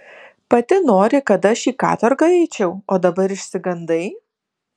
pati nori kad aš į katorgą eičiau o dabar išsigandai